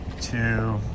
two